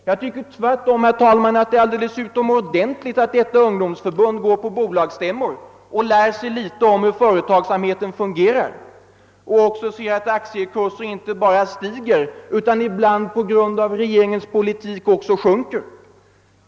Jag tycker tvärtom, herr talman, att det är alldeles utomordentligt att representanter för detta ungdomsförbund besöker bolagsstämmor och lär sig litet om hur företagsamheten fungerar och konstaterar att aktiekurserna inte bara stiger utan ibland på grund av regeringens politik sjunker.